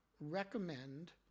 recommend